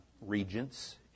regents